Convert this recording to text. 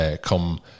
come